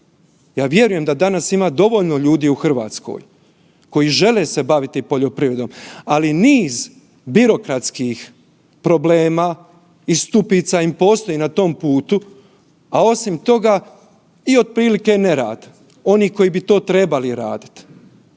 Ja vjerujem da danas ima dovoljno ljudi u Hrvatskoj koji žele se baviti poljoprivredom, ali niz birokratskih problema i stupica im postoji na tom putu, a osim toga i otprilike nerad onih koji bi to trebali raditi.